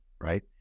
right